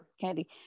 candy